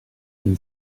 can